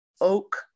oak